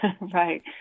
Right